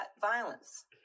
violence